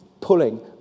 pulling